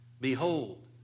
Behold